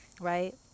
Right